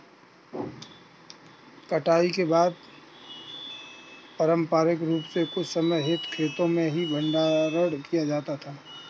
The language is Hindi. कटाई के बाद पारंपरिक रूप से कुछ समय हेतु खेतो में ही भंडारण किया जाता था